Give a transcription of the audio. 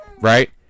Right